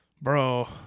bro